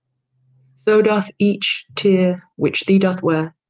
so doth each teare, which thee doth weare,